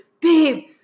babe